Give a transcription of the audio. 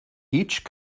each